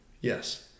Yes